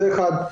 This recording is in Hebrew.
זה דבר אחד.